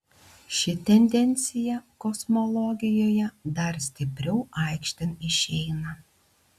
ši tendencija kosmologijoje dar stipriau aikštėn išeina